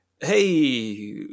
Hey